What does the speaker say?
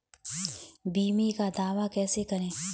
बीमे का दावा कैसे करें?